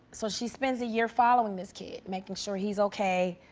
so she spends a year following this kid, making sure he's okay.